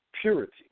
purity